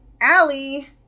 Allie